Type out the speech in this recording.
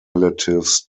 relatives